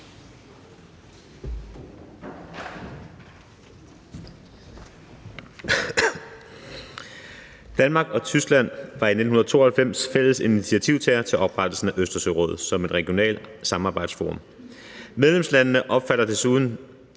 Danmark og Tyskland var i 1992 fælles initiativtagere til oprettelsen af Østersørådet som et regionalt samarbejdsforum. Medlemslandene omfatter foruden